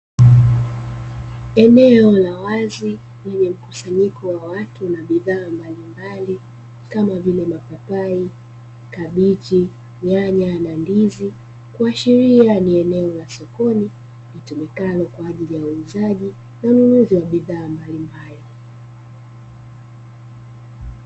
Eneo la wazi lenye mkusanyiko wa watu na bidhaa mbalimbali kama vile mapapai, kabichi nyanya na ndizi kuashiria ni eneo la sokoni litumikalo kwa ajili ya huuzaji na ununuzi wa bidhaa mbalimbali.